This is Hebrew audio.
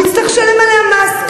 הוא יצטרך לשלם עליה מס.